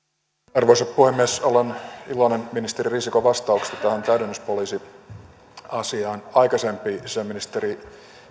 arvoisa puhemies olen iloinen ministeri risikon vastauksista tähän täydennyspoliisiasiaan aikaisempi sisäministeri